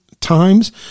times